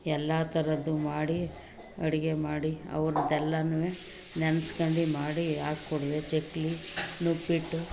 ಎಲ್ಲ ಥರದ್ದು ಮಾಡಿ ಅಡಿಗೆ ಮಾಡಿ ಅವ್ರದ್ದೆಲ್ಲನೂ ನೆನ್ಸ್ಕೊಂಡು ಮಾಡಿ ಹಾಕ್ಕೊಡುವೆ ಚಕ್ಕುಲಿ ನಿಪ್ಪಟ್ಟು